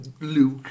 Luke